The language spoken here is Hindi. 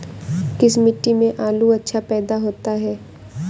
किस मिट्टी में आलू अच्छा पैदा होता है?